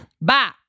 Bye